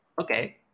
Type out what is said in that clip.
Okay